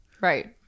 Right